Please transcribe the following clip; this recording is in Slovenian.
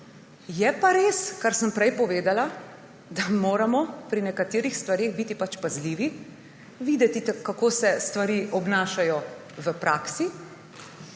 je pa res, kar sem prej povedala, da moramo pri nekaterih stvareh biti pazljivi, videti, kako se stvari obnašajo v praksi